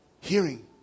hearing